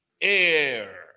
air